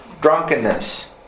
Drunkenness